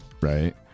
Right